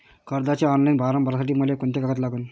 कर्जाचे online form भरासाठी मले कोंते कागद लागन?